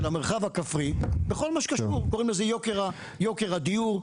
המרחב הכפרי בכל מה שקשור ליוקר הדיור.